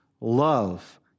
Love